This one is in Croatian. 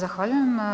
Zahvaljujem.